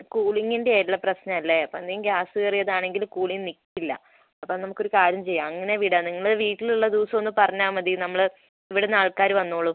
കൂളിങ്ങിൻ്റെയെല്ലാം പ്രശ്നമല്ലേ അപ്പോൾ എന്തെങ്കിലും ഗ്യാസ് കയറിയതാണെങ്കിൽ കൂളിങ്ങ് നിൽക്കില്ല അപ്പം നമുക്കൊരു കാര്യം ചെയ്യാം അങ്ങനെ വിടാം നിങ്ങൾ വീട്ടിലുള്ള ദിവസമൊന്ന് പറഞ്ഞാൽ മതി നമ്മൾ ഇവിടെ നിന്ന് ആൾക്കാർ വന്നുകൊള്ളും